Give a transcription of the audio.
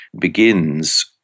begins